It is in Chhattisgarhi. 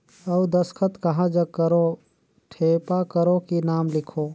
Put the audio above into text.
अउ दस्खत कहा जग करो ठेपा करो कि नाम लिखो?